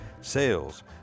sales